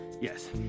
Yes